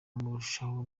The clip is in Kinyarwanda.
murushaho